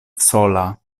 sola